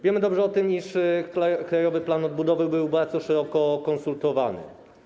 Wiemy dobrze, iż Krajowy Plan Odbudowy był bardzo szeroko konsultowany.